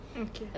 okay